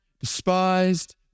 despised